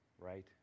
right